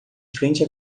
frente